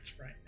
right